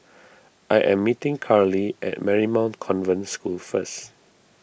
I am meeting Karli at Marymount Convent School first